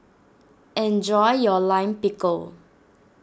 enjoy your Lime Pickle